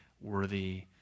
worthy